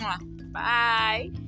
bye